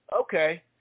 Okay